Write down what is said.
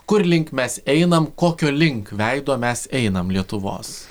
kur link mes einam kokio link veido mes einam lietuvos